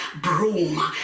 Broom